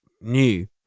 new